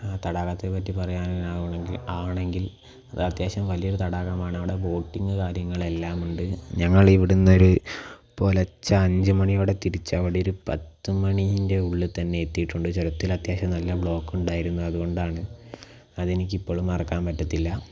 ആ തടാകത്തെപ്പറ്റി പറയാനാണെങ്കിൽ ആവണമെങ്കിൽ അത് അത്യാവശ്യം വലിയൊരു തടാകമാണ് അവിടെ ബോട്ടിങ്ങ് കാര്യങ്ങളെല്ലാം ഉണ്ട് ഞങ്ങൾ ഇവിടെനിന്നൊരു പുലർച്ചെ അഞ്ചു മണിയോടെ തിരിച്ച് അവിടെയൊരു പത്തു മണീൻ്റെ ഉള്ളിൽത്തന്നെ എത്തിയിട്ടുണ്ട് ചുരത്തിൽ അത്യാവശ്യം നല്ല ബ്ലോക്ക് ഉണ്ടായിരുന്നു അതുകൊണ്ടാണ് അതെനിക്കിപ്പോഴും മറക്കാൻ പറ്റത്തില്ല